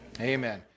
Amen